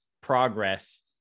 progress